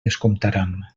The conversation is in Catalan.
descomptaran